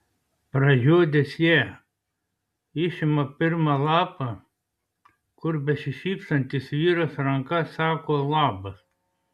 pražiodęs ją išima pirmą lapą kur besišypsantis vyras ranka sako labas